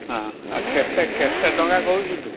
ହଁ ଆଉ କେତେ କେତେ ଟଙ୍କା କହୁଛୁ ତୁ